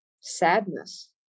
sadness